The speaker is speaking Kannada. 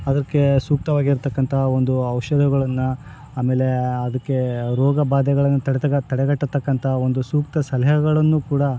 ಅದಕ್ಕೆ ಸೂಕ್ತವಾಗಿರ್ತಕ್ಕಂಥ ಒಂದು ಔಷಧಗಳನ್ನ ಆಮೇಲೆ ಅದಕ್ಕೆ ರೋಗ ಬಾಧೆಗಳನ್ ತಡೀತಕ ತಡೆಗಟ್ತಕ್ಕಂಥ ಒಂದು ಸೂಕ್ತ ಸಲಹೆಗಳನ್ನು ಕೂಡ